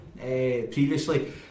Previously